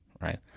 right